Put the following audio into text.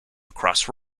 across